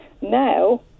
now